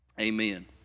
amen